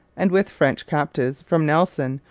and with french captives from nelson,